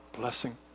blessing